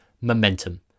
momentum